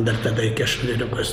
dar tada iki aštuoniolikos